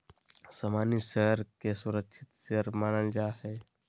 सामान्य शेयर के सुरक्षित शेयर मानल जा हय